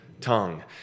tongue